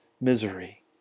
misery